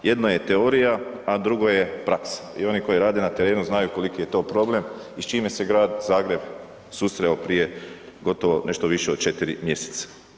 Jedna je teorija, a drugo je praksa i oni koji rade na terenu znaju koliki je to problem i s čime se Grad Zagreb susreo prije gotovo nešto više od 4 mjeseca.